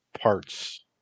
parts